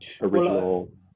original